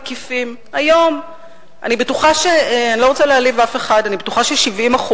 אני לא רוצה להעליב אף אחד, אני בטוחה ש-70%,